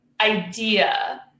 idea